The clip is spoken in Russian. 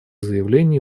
заявлений